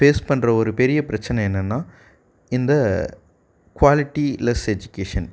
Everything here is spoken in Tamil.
ஃபேஸ் பண்ணுற ஒரு பெரிய பிரச்சின என்னனென்னா இந்த குவாலிட்டி லெஸ் எஜிகேஷன்